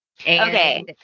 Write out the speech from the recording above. Okay